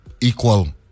equal